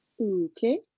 Okay